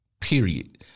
period